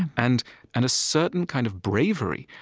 and and a certain kind of bravery,